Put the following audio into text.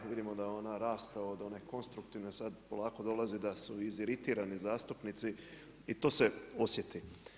Vidimo da ona rasprava od one konstruktivne, sad polako dolazi da su iziritirati zastupnici i to se osjeti.